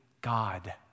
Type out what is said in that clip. God